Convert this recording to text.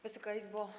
Wysoka Izbo!